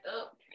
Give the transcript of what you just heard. up